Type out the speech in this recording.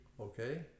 okay